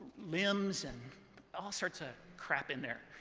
limbs and all sorts of crap in there.